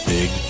Big